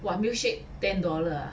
!wah! milkshake ten dollar ah